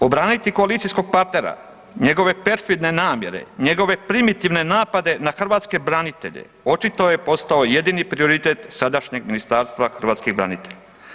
Obraniti koalicijskog partnera, njegove perfidne namjere, njegove primitivne napade na hrvatske branitelje, očito je postao jedini prioritet sadašnjeg Ministarstva hrvatskih branitelja.